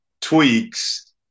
tweaks